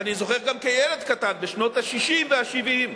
אני זוכר גם כילד קטן בשנות ה-60 וה-70,